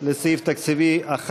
ציפי לבני,